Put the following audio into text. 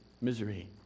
misery